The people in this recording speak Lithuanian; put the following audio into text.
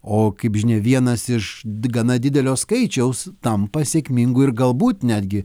o kaip žinia vienas iš gana didelio skaičiaus tampa sėkmingu ir galbūt netgi